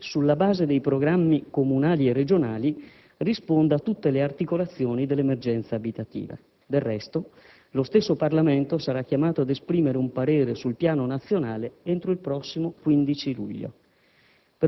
che, sulla base dei programmi comunali e regionali, risponda a tutte le articolazioni dell'emergenza abitativa. Del resto, lo stesso Parlamento sarà chiamato ad esprimere un parere sul piano nazionale entro il prossimo 15 luglio.